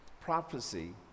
prophecy